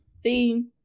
See